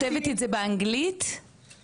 תכתבי באנגלית, אפשר לכתוב זכותון.